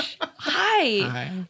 Hi